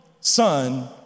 Son